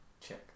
Check